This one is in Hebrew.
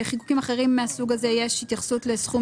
כדי לוודא שההטבה תחול גם על ההצמדות ולא רק על סכום